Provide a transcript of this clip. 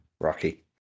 Rocky